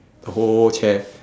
the whole chair